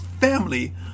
family